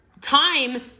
time